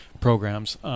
programs